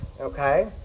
okay